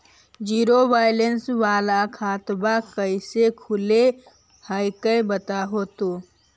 Zero balance वाला खतवा कैसे खुलो हकाई बताहो तो?